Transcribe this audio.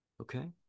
okay